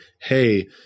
Hey